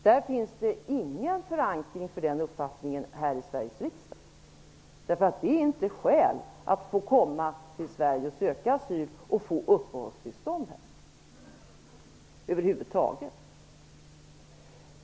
När det gäller den uppfattningen finns det ingen förankring här i Sveriges riksdag, därför att det inte utgör skäl för att få komma till Sverige, söka asyl och få uppehållstillstånd här över huvud taget.